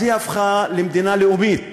אז היא הפכה למדינה לאומית,